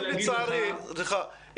סליחה,